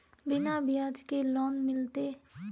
बिना ब्याज के लोन मिलते?